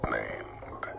named